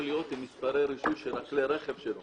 להיות עם מספרי רישוי של כלי הרכב שלו,